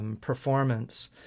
performance